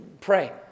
pray